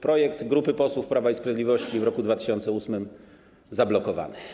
Projekt grupy posłów Prawa i Sprawiedliwości w roku 2008 - zablokowany.